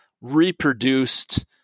reproduced